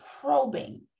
probing